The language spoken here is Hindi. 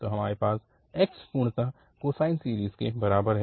तो हमारे पास x पूर्णतः कोसाइन सीरीज़ के बराबर है